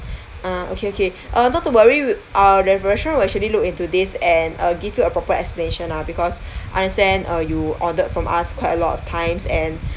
ah okay okay uh not to worry we~ our restaurant will actually look into this and uh give you a proper explanation ah because understand uh you ordered from us quite a lot of times and